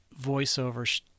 voiceover